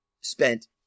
spent